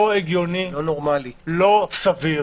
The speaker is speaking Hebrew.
לא הגיוני, לא סביר.